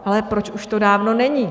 Ale proč už to dávno není?